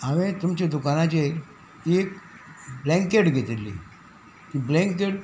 हांवें तुमच्या दुकानाचेर एक ब्लँकेट घेतिल्ली ती ब्लँकेट